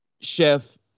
Chef